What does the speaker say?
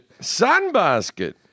Sunbasket